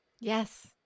Yes